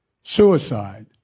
suicide